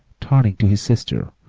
turning to his sister,